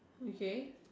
okay